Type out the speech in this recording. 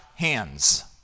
hands